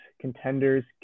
contenders